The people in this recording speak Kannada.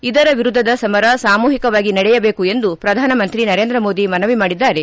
ಇದರ ವಿರುದ್ಧದ ಸಮರ ಸಾಮೂಹಿಕವಾಗಿ ನಡೆಯಬೇಕು ಎಂದು ಪ್ರಧಾನಿ ನರೇಂದ್ರ ಮೋದಿ ಮನವಿ ಮಾಡಿದ್ದಾರೆ